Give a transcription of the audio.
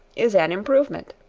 is an improvement.